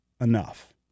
enough